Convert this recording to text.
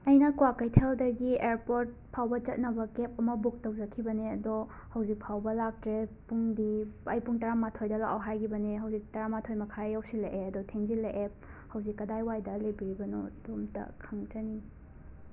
ꯑꯩꯅ ꯀ꯭ꯋꯥꯀꯩꯊꯦꯜꯗꯒꯤ ꯑꯦꯔꯄꯣꯔꯠ ꯐꯥꯎꯕ ꯆꯠꯅꯕ ꯀꯦꯞ ꯑꯃ ꯕꯨꯛ ꯇꯧꯖꯈꯤꯕꯅꯦ ꯑꯗꯣ ꯍꯧꯖꯤꯛ ꯐꯥꯎꯕ ꯂꯥꯛꯇ꯭ꯔꯦ ꯄꯨꯡꯗꯤ ꯑꯩ ꯄꯨꯡ ꯇꯔꯥꯃꯥꯊꯣꯔꯏꯗ ꯂꯥꯛꯑꯣ ꯍꯥꯢꯏꯈꯤꯕꯅꯦ ꯍꯧꯖꯤꯛ ꯇꯔꯥꯃꯥꯊꯣꯏ ꯌꯧꯁꯤꯜꯂꯛꯑꯦ ꯑꯗꯣ ꯊꯦꯡꯖꯤꯜꯂꯛꯑꯦ ꯍꯧꯖꯤꯛ ꯀꯗꯥꯏꯢꯋꯥꯢꯏꯗ ꯂꯩꯕꯤꯔꯤꯕꯅꯣ ꯑꯗꯨꯝꯇ ꯈꯪꯖꯅꯤꯡꯉꯤ